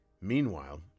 Meanwhile